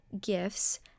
gifts